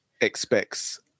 expects